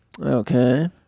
Okay